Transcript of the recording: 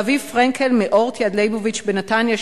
ואביב פרנקל מ"אורט יד ליבוביץ" בנתניה,